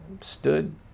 stood